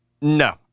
No